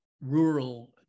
rural